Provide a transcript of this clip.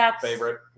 favorite